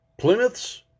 Plymouths